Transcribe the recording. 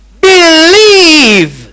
believe